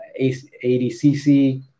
ADCC